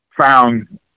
found